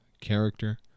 character